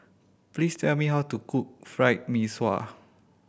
please tell me how to cook Fried Mee Sua